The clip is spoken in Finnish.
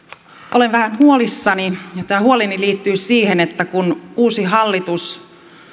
olen vähän huolissani ja tämä huoleni liittyy siihen että kun uusi hallitus